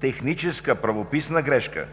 техническа, правописна грешка